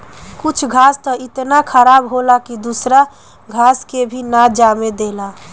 कुछ घास त इतना खराब होला की दूसरा घास के भी ना जामे देला